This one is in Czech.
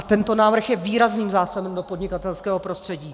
Tento návrh je výrazným zásahem do podnikatelského prostředí.